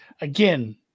again